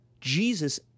Jesus